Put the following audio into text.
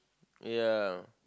ya